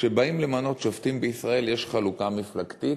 שכשבאים למנות שופטים בישראל יש חלוקה מפלגתית,